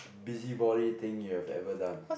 busybody thing you have ever done